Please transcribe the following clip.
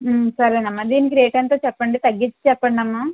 సరేను అమ్మా దీనికి రేటు ఎంతో చెప్పండి తగ్గించి చెప్పండమ్మా